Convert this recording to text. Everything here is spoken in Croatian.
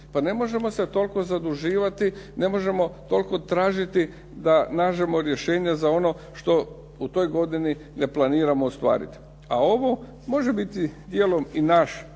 Pa ne možemo se toliko zaduživati, ne možemo toliko tražiti da nađemo rješenje za ono što u toj godini ne planiramo ostvariti. A ovo može biti dijelom i naš